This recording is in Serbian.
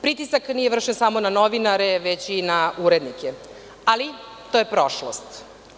Pritisak nije vršen samo na novinare, već i na urednike, ali to je prošlost.